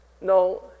No